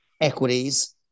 equities